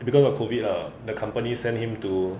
because of COVID uh the company sent him to